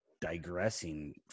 digressing